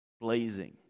blazing